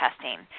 testing